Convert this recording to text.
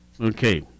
Okay